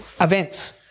Events